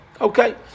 okay